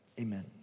Amen